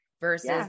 versus